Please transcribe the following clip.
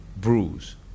bruise